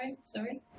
Sorry